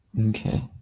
Okay